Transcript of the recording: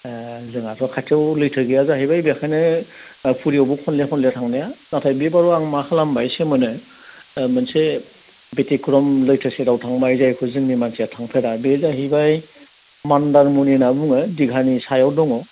ओ जोंहाथ' खाथियाव लैथो गैया जाहैबाय बेखायनो पुरियावबो खनले खनले थांबाय आं नाथाय आं बेबाराव मा खालामबाय सेमोनो मोनसे बेथिख्र'म लैथो सेराव थांबाय जायखौ जोंनि मानसिया थांफेरा बे जाहैबाय मान्दारमुनि होनना बुङो दिघानि सायाव दङ